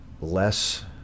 less